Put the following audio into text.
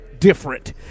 Different